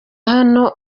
hano